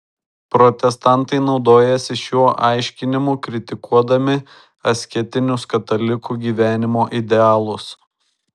protestantai naudojasi šiuo aiškinimu kritikuodami asketinius katalikų gyvenimo idealus